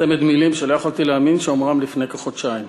צמד מילים שלא יכולתי להאמין שאומרם לפני כחודשיים